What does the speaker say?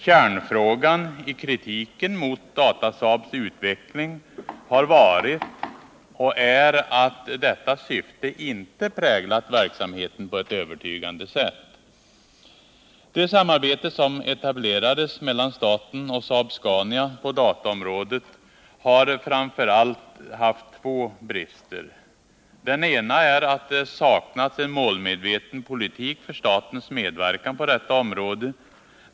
Kärnfrågan i kritiken mot Datasaabs utveckling har varit och är att detta syfte inte präglat verksamheten på ett övertygande sätt. Det samarbete som etablerades mellan staten och Saab-Scania på dataområdet har framför allt haft två brister. Den ena är att det saknats en målmedveten politik för statens medverkan på detta område.